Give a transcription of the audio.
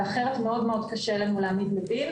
אחרת מאוד קשה לנו להעמיד לדין.